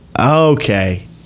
Okay